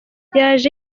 yaje